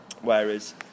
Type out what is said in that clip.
Whereas